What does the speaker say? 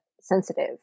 sensitive